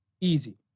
easy